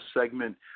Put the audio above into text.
segment